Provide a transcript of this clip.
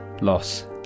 loss